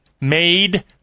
made